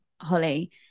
Holly